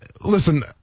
listen